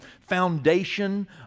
foundation